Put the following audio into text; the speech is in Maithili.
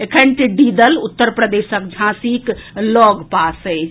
एखन टिड्डी दल उत्तर प्रदेशक झांसीक लऽग पास अछि